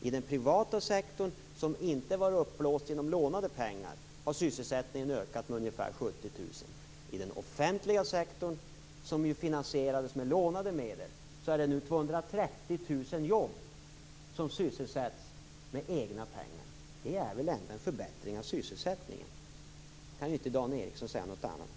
I den privata sektorn, som inte var uppblåst genom lånade pengar, har sysselsättningen ökat med ungefär 70 000. I den offentliga sektorn, som ju finansierades med lånade medel, är det nu 230 000 jobb som finansieras med egna pengar. Det är väl ändå en förbättring av sysselsättningen? Något annat kan inte Dan Ericsson säga.